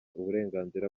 uburenganzira